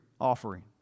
offering